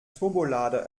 turbolader